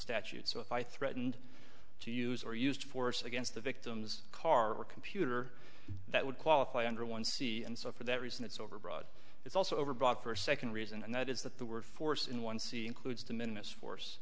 statute so if i threatened to use or used force against the victim's car or computer that would qualify under one c and so for that reason it's overbroad it's also overbought for a second reason and that is that the word force in one c includes to minutes force